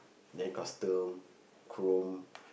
then custom chrome